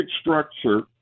structure